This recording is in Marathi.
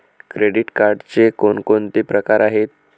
क्रेडिट कार्डचे कोणकोणते प्रकार आहेत?